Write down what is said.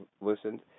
listened